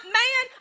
man